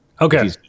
Okay